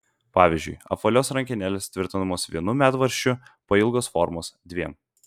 pavyzdžiui apvalios rankenėlės tvirtinamos vienu medvaržčiu pailgos formos dviem